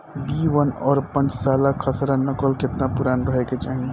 B one और पांचसाला खसरा नकल केतना पुरान रहे के चाहीं?